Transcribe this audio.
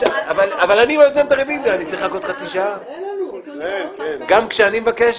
אני צריך לחכות חצי שעה גם כשאני מבקש?